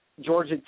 Georgia